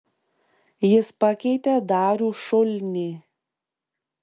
jis pakeitė darių šulnį